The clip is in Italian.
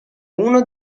uno